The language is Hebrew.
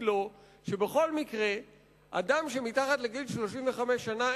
לו שבכל מקרה אדם שמתחת לגיל 35 שנה,